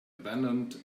abandoned